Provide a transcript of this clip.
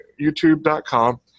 youtube.com